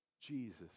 Jesus